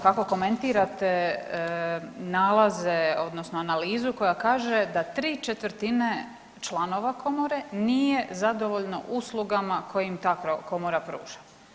Kako komentirate nalaze odnosno, analizu koja kaže da tri četvrtine članova komore nije zadovoljno uslugama koje im ta komora pruža?